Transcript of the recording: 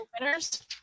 winners